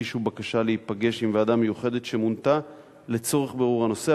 הגישו בקשה להיפגש עם ועדה מיוחדת שמונתה לצורך בירור הנושא.